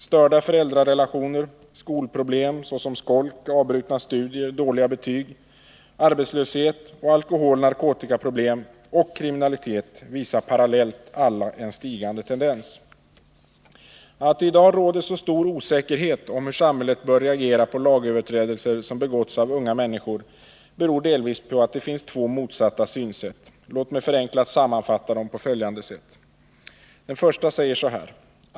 Störda föräldrarelationer, skolproblem, som skolk, avbrutna studier, dåliga betyg, arbetslöshet, alkohol-/narkotikaproblem och kriminalitet visar parallellt alla en stigande tendens. Att det i dag råder så stor osäkerhet om hur samhället bör reagera på lagöverträdelser som begåtts av unga människor beror delvis på att det finns två motsatta synsätt. Låt mig förenklat sammanfatta dem på följande sätt. 1.